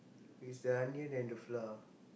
is the onion and the flour